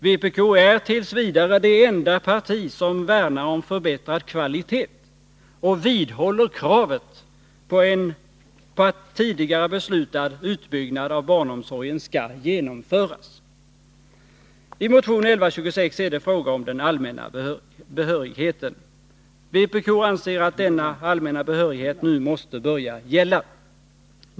Vpk är t. v. det enda parti som värnar om förbättrad kvalitet och vidhåller kravet på att tidigare beslutad utbyggnad av barnomsorgen skall genomföras. I motion 1126 är det fråga om den allmänna behörigheten. Vpk anser att denna allmänna behörighet nu måste börja gälla.